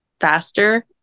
faster